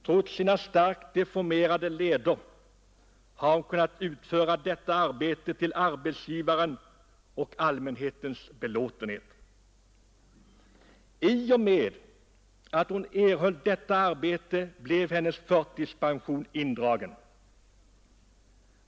Trots sina starkt deformerade leder har hon kunnat utföra detta arbete till arbetsgivarens och allmänhetens belåtenhet. I och med att hon fick detta arbete blev hennes förtidspension indragen.